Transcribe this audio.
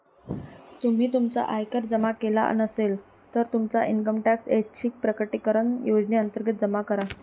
तुम्ही तुमचा आयकर जमा केला नसेल, तर तुमचा इन्कम टॅक्स ऐच्छिक प्रकटीकरण योजनेअंतर्गत जमा करा